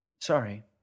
Sorry